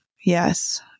yes